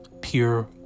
Pure